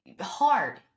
hard